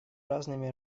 разными